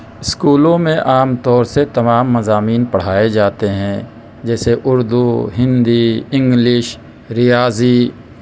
اسکولوں میں عام طور سے تمام مضامین پڑھائے جاتے ہیں جیسے اردو ہندی انگلش ریاضی